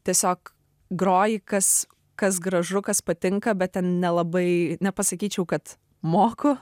tiesiog groji kas kas gražu kas patinka bet ten nelabai nepasakyčiau kad moku